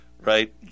right